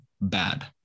bad